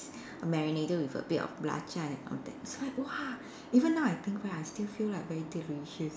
marinated with a bit of belacan and all so it's like !wah! even now I think back I still feel like very delicious